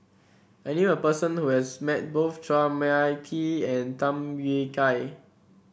I knew a person who has met both Chua Mia Tee and Tham Yui Kai